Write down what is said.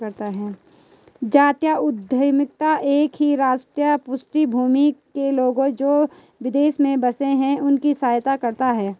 जातीय उद्यमिता एक ही राष्ट्रीय पृष्ठभूमि के लोग, जो विदेश में बसे हैं उनकी सहायता करता है